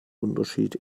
unterschied